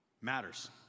matters